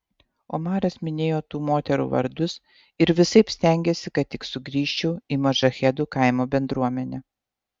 omaras minėjo tų moterų vardus ir visaip stengėsi kad tik sugrįžčiau į modžahedų kaimo bendruomenę